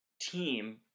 team